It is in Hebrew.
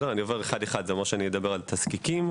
אני אדבר על תזקיקים,